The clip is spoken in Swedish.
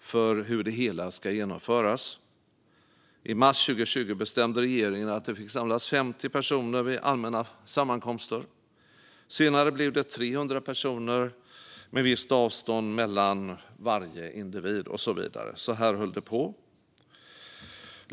för hur det hela ska genomföras. I mars 2020 bestämde regeringen att 50 personer fick samlas vid allmänna sammankomster. Senare blev det 300 personer med visst avstånd mellan varje individ och så vidare. Så här höll det på.